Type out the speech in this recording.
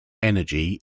energy